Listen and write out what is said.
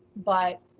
but,